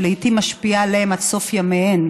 שלעיתים משפיעה עליהן עד סוף ימיהן.